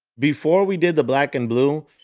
before we did the black and blue,